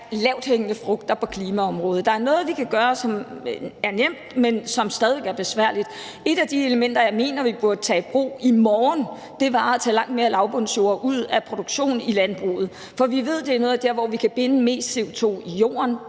lavthængende frugter på klimaområdet. Der er noget, vi kan gøre, som er nemt, men som stadig væk er besværligt. Et af de elementer, jeg mener vi burde tage i brug i morgen, var at tage langt mere lavbundsjord ud af produktion i landbruget. For vi ved, at det er noget af det, der gør, at vi kan binde mest CO2 i jorden.